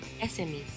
SMEs